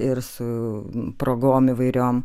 ir su progom įvairiom